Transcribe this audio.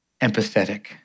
empathetic